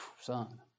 Son